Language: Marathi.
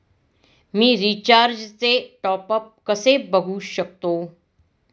मी रिचार्जचे टॉपअप कसे बघू शकतो?